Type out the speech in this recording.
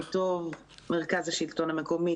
מרכז השלטון המקומי.